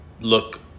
look